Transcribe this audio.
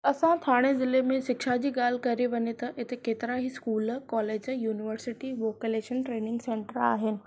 असां थाणे ज़िले में शिक्षा जी ॻाल्हि करे वञे त हिते केतरा ही स्कूल कॉलेज यूनिवर्सिटी वोकल एक्शन ऐ ट्रेनिंग सेंटर आहिनि